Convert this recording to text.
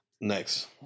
Next